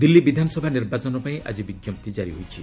ଦିଲ୍ଲୀ ବିଧାନସଭା ନିର୍ବାଚନ ପାଇଁ ଆଜି ବିଞ୍ଜପ୍ତି କାରି ହୋଇଛି